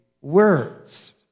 words